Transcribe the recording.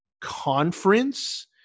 conference